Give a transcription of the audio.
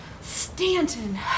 Stanton